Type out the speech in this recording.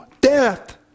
death